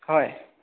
হয়